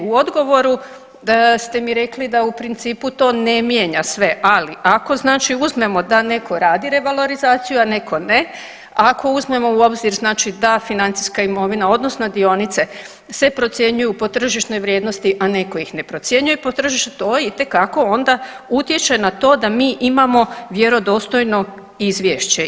U odgovoru ste mi rekli da u principu to ne mijenja sve, ali ako znači uzmemo da netko radi revalorizaciju, a netko ne, ako uzmemo u obzir znači da financijska imovina, odnosno dionice se procjenjuju po tržišnoj vrijednosti a netko ih ne procjenjuje po tržišnoj to itekako onda utječe na to da mi imamo vjerodostojno izvješće.